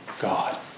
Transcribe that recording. God